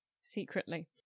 Secretly